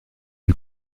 une